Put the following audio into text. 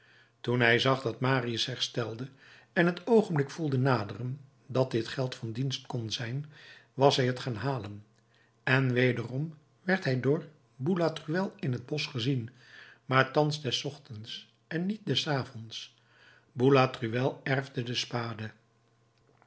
toen hij zag dat marius herstelde en het oogenblik voelde naderen dat dit geld van dienst kon zijn was hij het gaan halen en wederom werd hij door boulatruelle in het bosch gezien maar thans des ochtends en niet des avonds boulatruelle erfde de spade